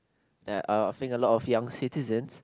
that uh I think a lot of young citizens